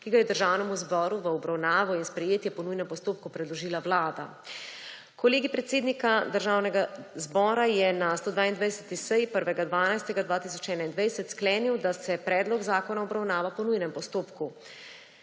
ki ga je Državnemu zboru v obravnavo in sprejetje po nujnem postopku predložila Vlada. Kolegij predsednik Državnega zbora je na 122. seji 1. 12. 2021 sklenil, da se predlog zakona obravnava po nujnem postopku.